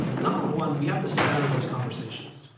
and number one, we have to center those conversations.